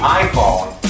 iPhone